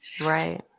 Right